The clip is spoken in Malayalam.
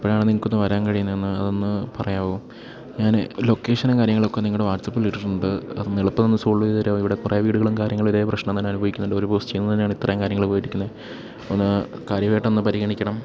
എപ്പോഴാണ് നിങ്ങൾക്കൊന്ന് വരാൻ കഴിയുന്നത് ഒന്ന് അതൊന്ന് പറയാമോ ഞാൻ ലൊക്കേഷനും കാര്യങ്ങളൊക്കെ നിങ്ങളുടെ വാട്സപ്പിൽ ഇട്ടിട്ടുണ്ട് അതൊന്ന് എളുപ്പം ഒന്ന് സോൾവ് ചെയ്ത് തരാമോ ഇവിടെ കുറേ വീടുകളും കാര്യങ്ങളും ഇതേ പ്രശ്നം തന്നെ അനുഭവിക്കുന്നുണ്ട് ഒരു പോസ്റ്റിൽനിന്ന് തന്നെയാണ് ഇത്രയും കാര്യങ്ങൾ പോയിരിക്കുന്നത് ഒന്ന് കാര്യമായിട്ട് ഒന്ന് പരിഗണിക്കണം